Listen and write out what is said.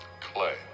Clay